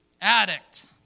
addict